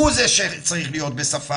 הוא זה שצריך להיות בספארי,